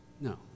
No